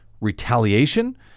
retaliation